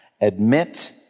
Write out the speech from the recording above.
admit